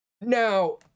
Now